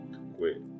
Wait